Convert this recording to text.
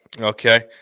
Okay